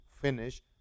finish